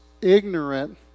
ignorant